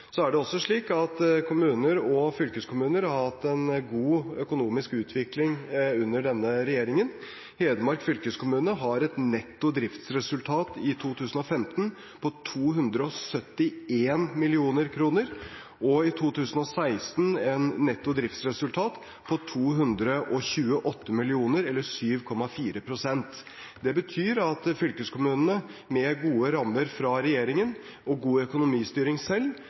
Så er det slik at kommuner og fylkeskommuner har hatt en god økonomisk utvikling under denne regjeringen. Hedmark fylkeskommune har et netto driftsresultat i 2015 på 271 mill. kr, og i 2016 et netto driftsresultat på 228 mill. kr eller 7,4 pst. Det betyr at fylkeskommunene med gode rammer fra regjeringen og god økonomistyring selv